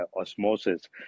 osmosis